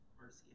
mercy